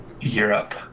Europe